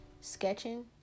sketching